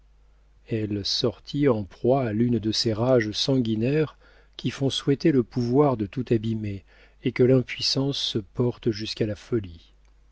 elle sortit en proie à l'une de ces rages sanguinaires qui font souhaiter le pouvoir de tout abîmer et que l'impuissance porte jusqu'à la folie